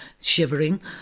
shivering